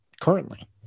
currently